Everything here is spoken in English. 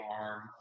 arm